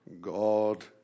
God